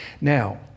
Now